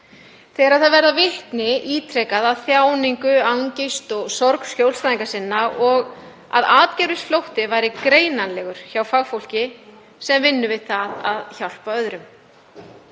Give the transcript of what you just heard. þegar þær verða ítrekað vitni að þjáningu, angist og sorg skjólstæðinga sinna og að atgervisflótti væri greinanlegur hjá fagfólki sem vinnur við það að hjálpa öðrum.